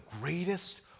greatest